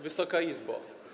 Wysoka Izbo!